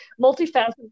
multifaceted